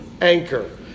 anchor